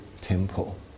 temple